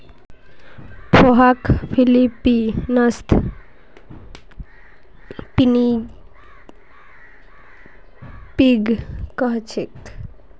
पोहाक फ़िलीपीन्सत पिनीपिग कह छेक